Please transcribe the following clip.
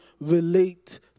relate